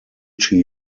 chi